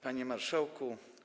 Panie Marszałku!